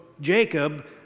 Jacob